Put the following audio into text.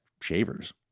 Shavers